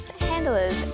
handlers